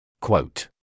Quote